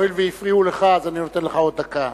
הואיל והפריעו לך אני נותן לך עוד דקה.